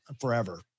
forever